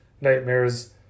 nightmares